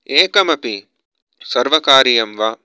एकम् अपि सर्वकार्यं वा